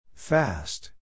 Fast